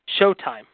Showtime